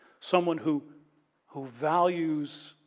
someone who who values